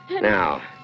Now